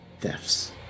thefts